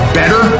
better